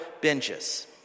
binges